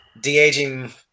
de-aging